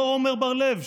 לא עמר בר לב,